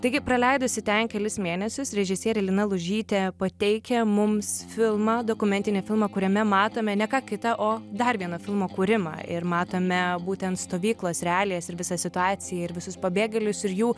taigi praleidusi ten kelis mėnesius režisierė lina lužytė pateikia mums filmą dokumentinį filmą kuriame matome ne ką kita o dar vieną filmo kūrimą ir matome būtent stovyklas realijas ir visą situaciją ir visus pabėgėlius ir jų